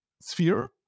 sphere